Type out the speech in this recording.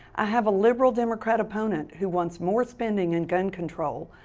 i have a liberal democrat opponent who wants more spending and gun control.